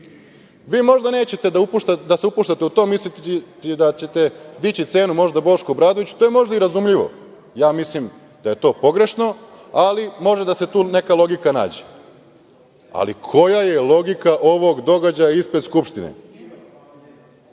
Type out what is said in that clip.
Vi možda nećete da se upuštate u to, mislite da ćete dići cenu Bošku Obradoviću, i to je možda i razumljivo. Mislim da je to pogrešno, ali može da se tu neka logika nađe. Koja je logika ovog događaja ispred Skupštine?